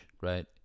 right